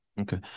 Okay